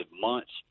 months